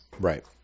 Right